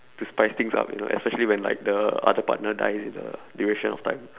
to spice things up you know especially when like the other partner dies in the duration of time